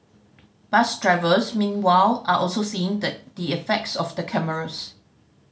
bus drivers meanwhile are also seeing the the effects of the cameras